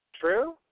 True